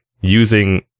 Using